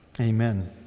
Amen